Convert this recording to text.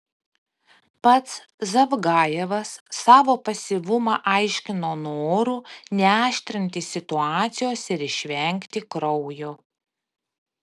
pats zavgajevas savo pasyvumą aiškino noru neaštrinti situacijos ir išvengti kraujo